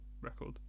record